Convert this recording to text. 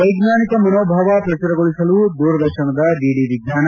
ವೈಜ್ಞಾನಿಕ ಮನೋಭಾವ ಪ್ರಚುರಗೊಳಿಸಲು ದೂರದರ್ಶನದ ಡಿಡಿ ವಿಜ್ಞಾನ